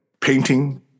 painting